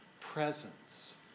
presence